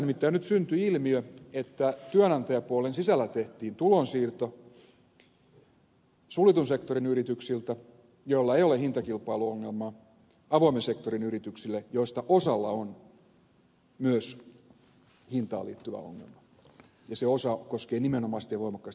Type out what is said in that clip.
tässähän nimittäin nyt syntyi ilmiö että työnantajapuolen sisällä tehtiin tulonsiirto suljetun sektorin yrityksiltä joilla ei ole hintakilpailuongelmaa avoimen sektorin yrityksille joista osalla on myös hintaan liittyvä ongelma ja se osa koskee nimenomaisesti ja voimakkaasti metsäteollisuutta